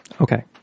Okay